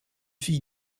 fille